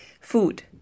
Food